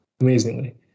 amazingly